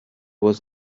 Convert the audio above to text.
was